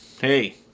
hey